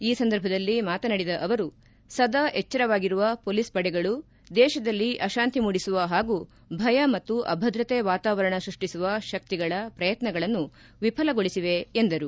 ಈ ಸಂದರ್ಭದಲ್ಲಿ ಮಾತನಾಡಿದ ಅವರು ಸದಾ ಎಚ್ವರವಾಗಿರುವ ಪೊಲೀಸ್ ಪಡೆಗಳು ದೇಶದಲ್ಲಿ ಅಶಾಂತಿ ಮೂಡಿಸುವ ಹಾಗೂ ಭಯ ಮತ್ತು ಅಭದ್ರತೆ ವಾತಾವರಣ ಸೃಷ್ಟಿಸುವ ಶಕ್ತಿಗಳ ಪ್ರಯತ್ನಗಳನ್ನು ವಿಫಲಗೊಳಿಸಿವೆ ಎಂದರು